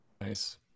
Nice